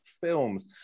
films